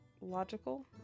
Logical